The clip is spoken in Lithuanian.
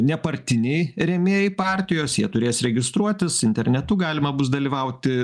nepartiniai rėmėjai partijos jie turės registruotis internetu galima bus dalyvauti